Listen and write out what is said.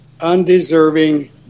undeserving